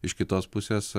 iš kitos pusės